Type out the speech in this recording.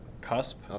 cusp